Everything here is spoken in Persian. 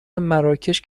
مراکش